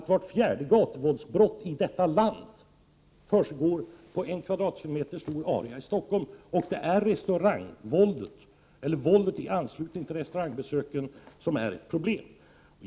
Vart fjärde gatuvåldsbrott i detta land begås på en kvadratkilometer stor area i Stockholm, och det är våldet i anslutning till restaurangbesök som utgör ett problem.